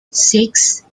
six